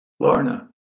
Lorna